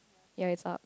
ya it's up